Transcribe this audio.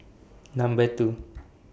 Number two